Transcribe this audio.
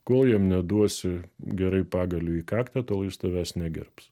kol jam neduosi gerai pagaliu į kaktą tol jis tavęs negerbs